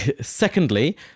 secondly